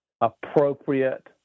appropriate